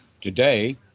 today